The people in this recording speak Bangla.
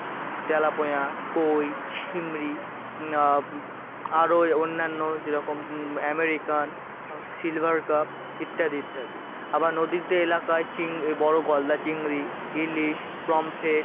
তেলাপোনা কই চিংড়ি আরও ওই অন্যান্য যেরকম অ্যামেরিকান সিলভার কাপ ইত্যাদি ইত্যাদি আবার নদীতে এলাকায় চিং বড়ো গলদা চিংড়ি ইলিশ প্রমফ্রেট